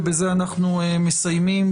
ובזה נסיים.